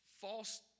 false